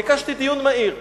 ביקשתי דיון מהיר.